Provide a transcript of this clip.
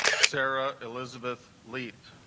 sara elizabeth leet